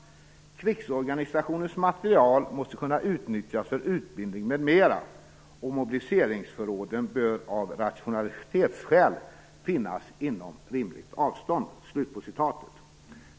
Krigsorganisationens materiel måste kunna utnyttjas för utbildning m.m. och mobiliseringsförråden bör av rationalitetsskäl finnas inom rimligt avstånd."